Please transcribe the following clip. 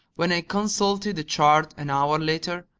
when i consulted the chart an hour later,